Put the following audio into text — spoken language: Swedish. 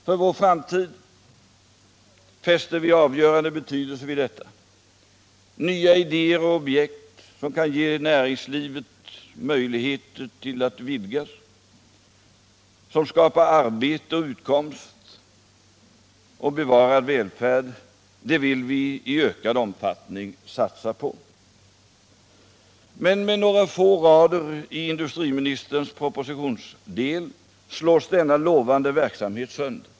För vår framtid fäster vi avgörande vikt vid detta. Nya idéer och objekt som kan ge näringslivet möjligheter att vidgas, som skapar arbete och utkomst och bevarad välfärd vill vi i ökad omfattning satsa på. Men med några få rader i industriministerns propositionsdel slås denna lovande verksamhet sönder.